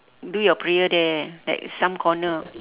do your prayer there like some corner